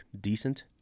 decent